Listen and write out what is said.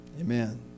Amen